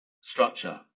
structure